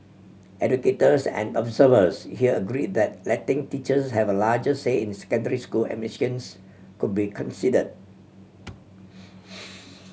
educators and observers here agree that letting teachers have a larger say in secondary school admissions could be consider